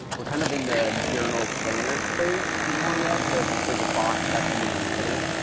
we're kind of in the journal planner space more or less of, there's a box, that's the one that we fit in.